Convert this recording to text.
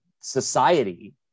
society